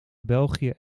belgië